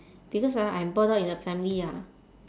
because ah I'm brought up in a family ah